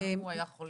גם אם הוא היה חולה?